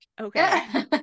Okay